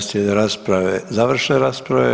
Slijede rasprave, završne rasprave.